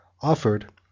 offered